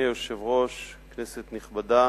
אדוני היושב-ראש, כנסת נכבדה,